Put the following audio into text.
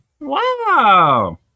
Wow